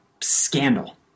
scandal